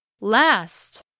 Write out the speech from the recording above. last